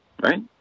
Right